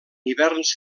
hiverns